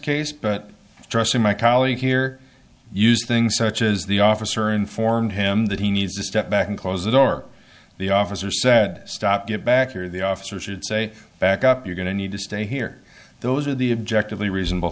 case but trust me my colleague here used things such as the officer informed him that he needs to step back and close the door the officer said stop get back here the officer should say back up you're going to need to stay here those are the object of the reasonable